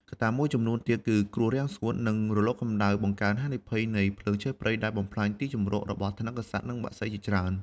កត្តាសំខាន់មួយទៀត គឺគ្រោះរាំងស្ងួត និងរលកកម្ដៅបង្កើនហានិភ័យនៃភ្លើងឆេះព្រៃ ដែលបំផ្លាញទីជម្រករបស់ថនិកសត្វ និងបក្សីជាច្រើន។